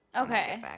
Okay